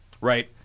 right